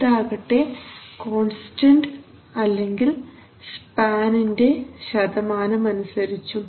ഇതാകട്ടെ constant അല്ലെങ്കിൽ സ്പാനിന്റെ ശതമാനം അനുസരിച്ചും